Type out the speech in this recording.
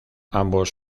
ambos